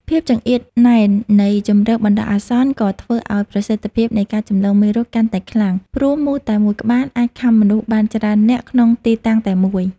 ភាពចង្អៀតណែននៃជម្រកបណ្តោះអាសន្ន ក៏ធ្វើឱ្យប្រសិទ្ធភាពនៃការចម្លងមេរោគកាន់តែខ្លាំង ព្រោះមូសតែមួយក្បាលអាចខាំមនុស្សបានច្រើននាក់ក្នុងទីតាំងតែមួយ។